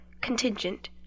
contingent